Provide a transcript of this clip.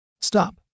Stop